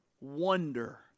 wonder